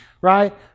right